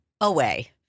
away